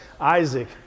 Isaac